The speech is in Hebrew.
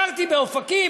גרתי באופקים,